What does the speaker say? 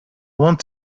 want